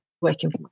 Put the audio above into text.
working